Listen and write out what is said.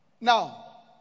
Now